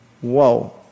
Whoa